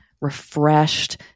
refreshed